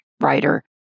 writer